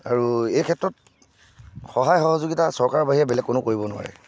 আৰু এই ক্ষেত্ৰত সহায় সহযোগীতা চৰকাৰৰ বাহিৰে বেলেগ কোনেও কৰিব নোৱাৰে